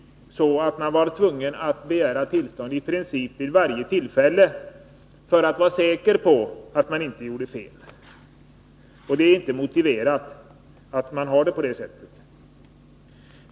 Annars skulle man bli tvungen att begära tillstånd vid i princip varje tillfälle för att vara säker på att man inte gjorde fel. Det är inte motiverat att ha det på det sättet.